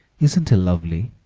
isn't he lovely?